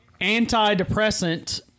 antidepressant